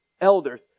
elders